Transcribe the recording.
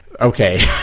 okay